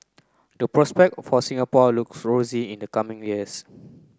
the prospect for Singapore looks rosy in the coming years